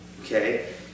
okay